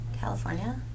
california